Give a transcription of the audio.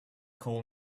call